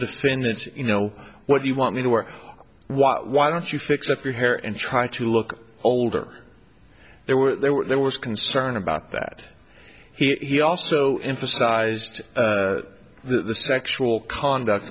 defendant you know what do you want me to wear what why don't you fix up your hair and try to look older there were there were there was concern about that he also emphasized the sexual conduct